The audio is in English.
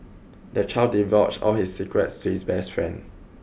the child divulged all his secrets to his best friend